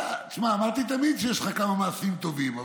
אמרתי תמיד שיש לך כמה מעשים טובים,